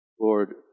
Lord